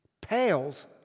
Pales